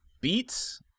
Beats